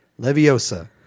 Leviosa